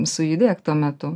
sujudėk tuo metu